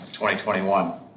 2021